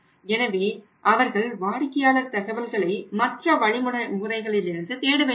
எனவே அவர்கள் வாடிக்கையாளர் தகவல்களை மற்ற வழிமுறைகளிலிருந்து தேட வேண்டியதில்லை